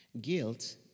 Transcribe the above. Guilt